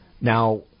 Now